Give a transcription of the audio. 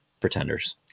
pretenders